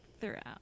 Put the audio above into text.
throughout